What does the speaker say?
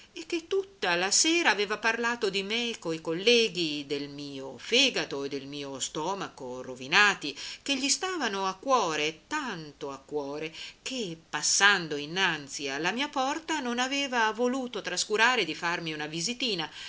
e che tutta la sera aveva parlato di me coi colleghi del mio fegato e del mio stomaco rovinati che gli stavano a cuore tanto a cuore che passando innanzi alla mia porta non aveva voluto trascurare di farmi una visitina